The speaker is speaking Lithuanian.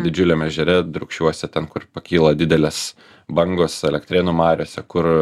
didžiuliam ežere drūkšiuose ten kur pakyla didelės bangos elektrėnų mariose kur